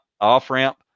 off-ramp